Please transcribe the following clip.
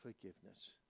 forgiveness